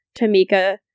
Tamika